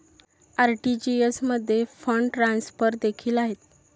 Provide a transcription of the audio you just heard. RTGS मध्ये fund transfer देखील आहेत